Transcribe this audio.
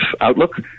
outlook